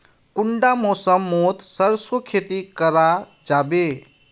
कुंडा मौसम मोत सरसों खेती करा जाबे?